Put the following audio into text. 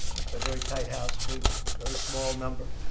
it's a very tight house, too. very small number.